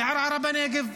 בערערה בנגב,